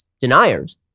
deniers